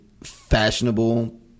fashionable